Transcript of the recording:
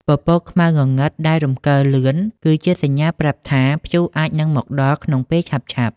ពពកខ្មៅងងឹតដែលរំកិលលឿន គឺជាសញ្ញាប្រាប់ថា ព្យុះអាចនឹងមកដល់ក្នុងពេលឆាប់ៗ។